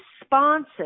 responses